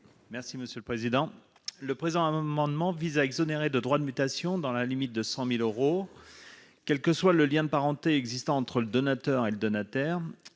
M. Vincent Segouin. Le présent amendement vise à exonérer de droits de mutation dans la limite de 100 000 euros, quel que soit le lien de parenté existant entre le donateur et le donataire